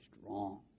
strong